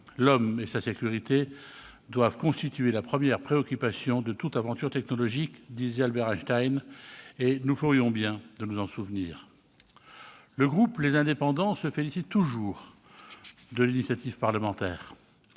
L'homme et sa sécurité doivent constituer la première préoccupation de toute aventure technologique », affirmait Albert Einstein. Nous ferions bien de nous en souvenir. Le groupe Les Indépendants se félicite toujours de l'initiative parlementaire.